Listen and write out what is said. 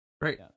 Right